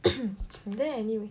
then I knew